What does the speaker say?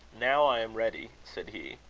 now i am ready, said he.